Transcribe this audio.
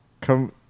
Come